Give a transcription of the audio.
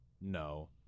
no